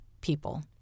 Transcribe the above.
people